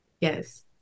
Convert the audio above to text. Yes